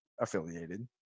affiliated